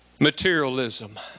Materialism